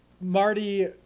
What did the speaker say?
Marty